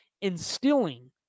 instilling